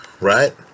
right